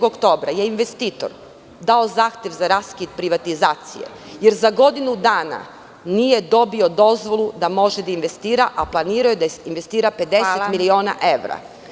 Dana 4. oktobra je investitor dao zahtev za raskid privatizacije, jer za godinu dana nije dobio dozvolu da može da investira, a planirao je da investira 50 miliona evra.